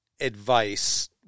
advice